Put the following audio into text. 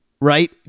right